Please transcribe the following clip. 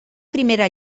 primera